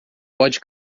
pode